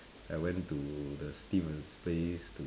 I went to the Steven's place to